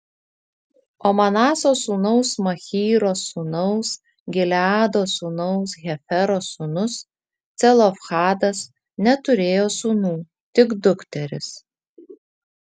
o manaso sūnaus machyro sūnaus gileado sūnaus hefero sūnus celofhadas neturėjo sūnų tik dukteris